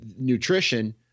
nutrition